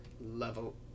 level